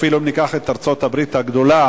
אפילו אם ניקח את ארצות-הברית הגדולה,